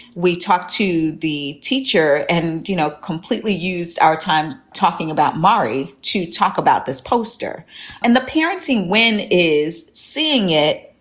we talked to the teacher and you know completely used our time talking about marie to talk about this poster and the parents when is seeing it,